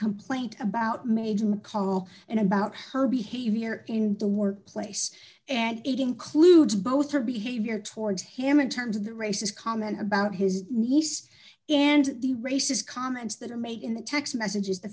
complaint about management and about her behavior in the workplace and it includes both her behavior towards him in terms of the racist comment about his niece and the racist comments that are made in the text messages the